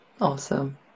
awesome